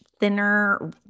thinner